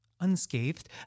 Unscathed